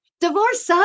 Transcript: divorce